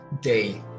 day